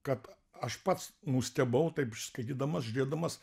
kad aš pats nustebau taip skaitydamas žiūrėdamas